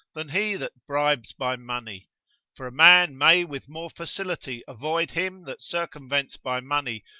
than he that bribes by money for a man may with more facility avoid him that circumvents by money,